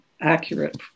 accurate